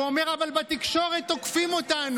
את אל-ג'זירה סגרנו?